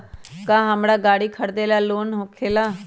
का हमरा गारी खरीदेला लोन होकेला?